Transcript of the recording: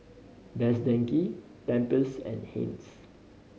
Best Denki Pampers and Heinz